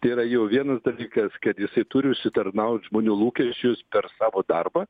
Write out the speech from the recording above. tai yra jau vienas dalykas kad jisai turi užsitarnaut žmonių lūkesčius per savo darbą